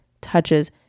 touches